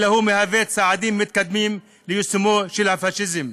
אלא הוא מהווה צעדים מתקדמים ליישומו של הפאשיזם.